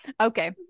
Okay